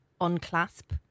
Unclasp